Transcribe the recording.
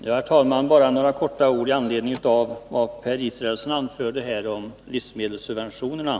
Herr talman! Bara några få ord med anledning av vad Per Israelsson anförde här om livsmedelssubventionerna.